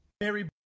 Mary